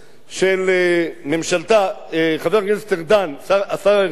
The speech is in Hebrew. של הממשלה, חבר הכנסת ארדן, השר ארדן.